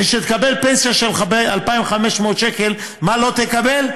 וכשתקבל פנסיה של 2,500 שקל, מה לא תקבל?